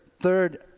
third